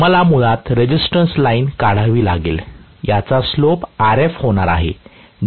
मला मुळात resistance line काढावी लागेल याचा स्लोप Rf होणार आहे